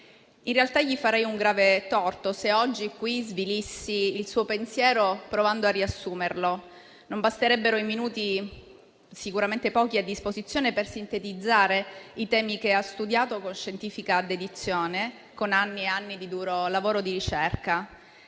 In realtà, gli farei un grave torto se oggi qui svilissi il suo pensiero, provando a riassumerlo. Non basterebbero i minuti - sicuramente pochi - a disposizione per sintetizzare i temi che ha studiato con scientifica dedizione, con anni e anni di duro lavoro di ricerca.